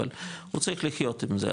אבל הוא צריך לחיות עם זה,